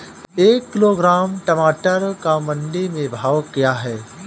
एक किलोग्राम टमाटर का मंडी में भाव क्या है?